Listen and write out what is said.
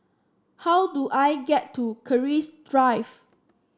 how do I get to Keris Drive